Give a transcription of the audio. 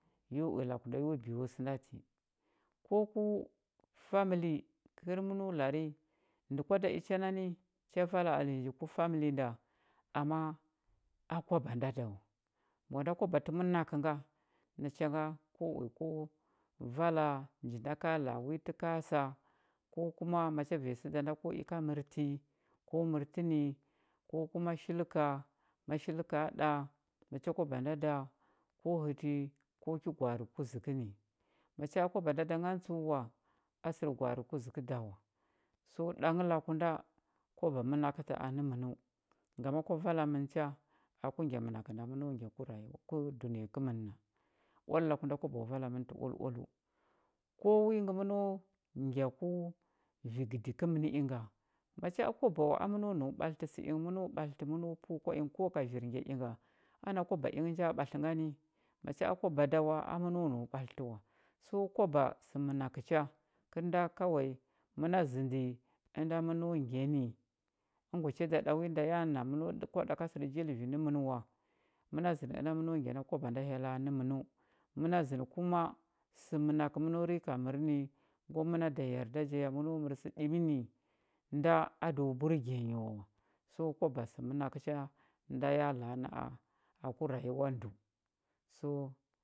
Yo uya laku da yo biyo sə nda ti ko ku famili kəl məno lari ndə kwa da i cha nani cha vala alenya ji u faməli da ama a kwaba nda da wa mbwa nda kwaba tə mənakə ga nacha nga ko uya ko vala nji nda ka la a wi tə kasa ko kuma macha vanya sə da ko i ka mərti ko mərtə ni ko kuma shilka ma shilka ɗa macha kwaba nda da ko həti ko ki gwa arə kuzəkə macha kwaba nda a ngan tsəu wa a sər gwa arə kuzəkə da wa so ɗang laku nda kwaba mənakə tə ti anə mənəu ngama kwa vala mən cha aku nya mənakə nda məno ngya ku rayuwa ku dunəya kəmən na oal laku nda kwaba vala mən tə oaloaləu ko wi ngə məno ngya ku vi gədi kəmən inga macha a kwaba wa a məno nau ɓatlətə sə ingə məno ɓatlətə əno pəu kwa ingə ko ka vir ngy ingə wa inga ana kwaba ngə nja ɓatlə ngani macha kwaba da wa a məno nau ɓatlətə wa so kwaba sə ənakə ha kəl nda kawai məna zəndi ənda məno ngya ni əngwa cha da ɗa wi nda ya na məna ɗa kwa ɗa ka sər jalvi nə mən wa məna zəndə ənda məno ngya na kwaba nda hyella nə mənəu məna zəndə kuma sə mənakə məno rika mər ni ngwa məna da yarda ja məno mər sə ɗimi ni nda a do burge nyi wa so kwaba sə mənakə cha nda ya la a na a aku rayuwa ndəu so,